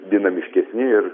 dinamiškesni ir